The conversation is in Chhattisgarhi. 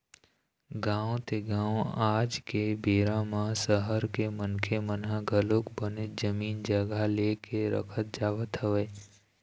गाँव ते गाँव आज के बेरा म सहर के मनखे मन ह घलोक बनेच जमीन जघा ले के रखत जावत हवय